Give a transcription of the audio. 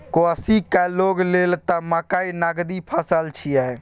कोशीक लोग लेल त मकई नगदी फसल छियै